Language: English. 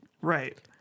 Right